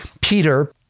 Peter